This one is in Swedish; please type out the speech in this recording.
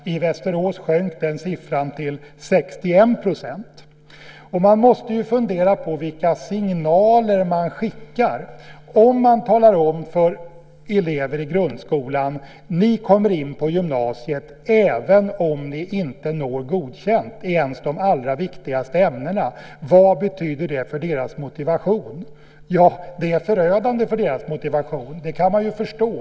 I Västerås sjönk den siffran till 61 %. Man måste fundera på vilka signaler man sänder om man säger till elever i grundskolan att de kommer in på gymnasiet även om de inte når godkänt ens i de allra viktigaste ämnena. Vad betyder det för deras motivation? Det är förödande för deras motivation, och det kan man ju förstå.